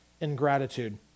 ingratitude